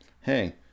hey